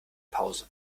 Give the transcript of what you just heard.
pause